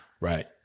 Right